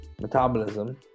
metabolism